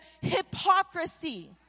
hypocrisy